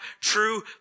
true